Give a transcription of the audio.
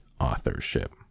Authorship